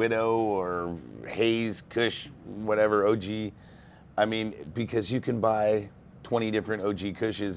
widow or haze kush whatever oh gee i mean because you can buy twenty different